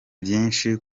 vyinshi